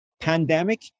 pandemic